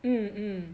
mm mm